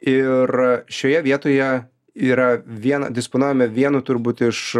ir šioje vietoje yra viena disponuojame vienu turbūt iš